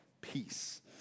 peace